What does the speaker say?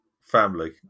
family